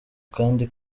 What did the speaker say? kandi